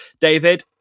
David